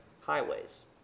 highways